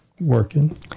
working